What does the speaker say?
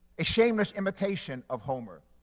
a shameless imitation of homer,